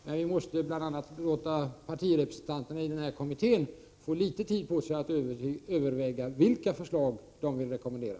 Men vi måste bl.a. låta partirepresentanterna i denna kommitté få litet tid på sig att överväga vilka förslag de vill rekommendera.